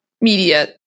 media